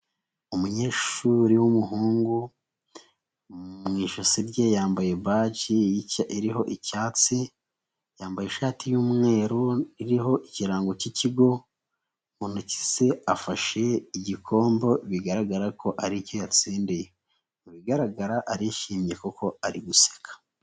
Umunyeshuri w'umuhungu, mu ijosi rye yambaye baji iriho icyatsi, yambaye ishati y'umweru iriho ikirango cy'ikigo, mu ntoki ze afashe igikombo bigaragara ko ari icyo yatsindiye. Mu bigaragara arishimye kuko ari guseka.